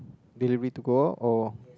delivery to go out or